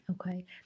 Okay